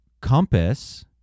compass